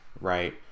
Right